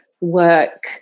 work